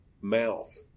mouth